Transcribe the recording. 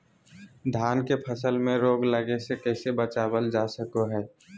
धान के फसल में रोग लगे से कैसे बचाबल जा सको हय?